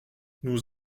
nous